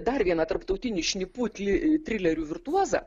dar vieną tarptautinį šnipų tli trilerių virtuozą